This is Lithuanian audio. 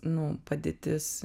nu padėtis